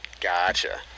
Gotcha